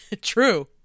True